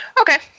Okay